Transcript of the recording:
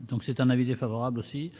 Donc c'est un avis défavorable aussi